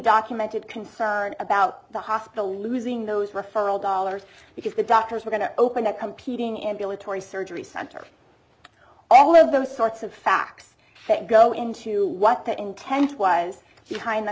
documented concern about the hospital losing those referral dollars because the doctors were going to open a competing ambulatory surgery center all of those sorts of facts that go into what the intent was